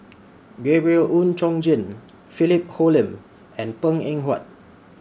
Gabriel Oon Chong Jin Philip Hoalim and Png Eng Huat